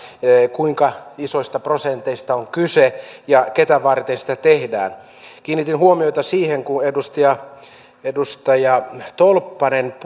kuinka isoista prosenteista on kyse ja ketä varten sitä tehdään kiinnitin huomiota siihen kun edustaja edustaja tolppanen